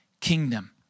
kingdom